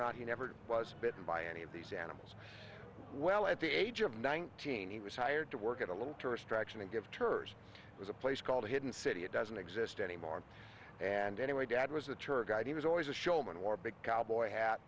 not he never was bitten by any of these animals well at the age of nineteen he was hired to work at a little tourist traction and give ters it was a place called hidden city it doesn't exist anymore and anyway dad was a tour guide he was always a showman or big cowboy hat